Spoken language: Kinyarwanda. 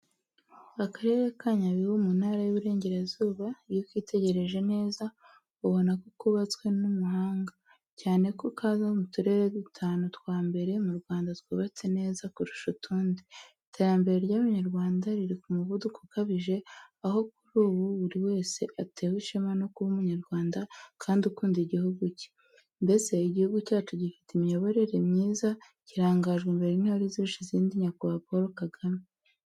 Akarere ka Nyabihu mu ntara y’Uburengerazuba, iyo ukitegereje neza, ubona ko kubatswe n’umuhanga, cyane ko kaza mu turere dutanu twa mbere mu Rwanda twubatse neza kurusha utundi. Iterambere ry’Abanyarwanda riri ku muvuduko ukabije, aho kuri ubu buri wese atewe ishema no kuba Umunyarwanda kandi ukunda igihugu cye. Mbese, igihugu cyacu gifite imiyoborere myiza kirangajwe n’Intore izirusha intambwe, Nyakubahwa Paul Kagame.